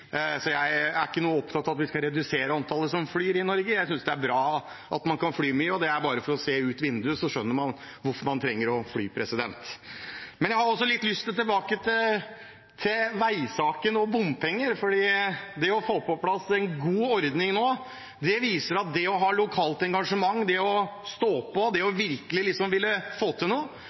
Jeg er ikke opptatt av at vi skal redusere antallet som flyr i Norge, jeg synes det er bra at man kan fly mye. Det er bare å se ut av vinduet, så skjønner man hvorfor man trenger å fly. Jeg har også litt lyst tilbake til veisaken og bompenger, for det å få på plass en god ordning nå viser at lokalt engasjement, det å stå på, det å virkelig ville få til noe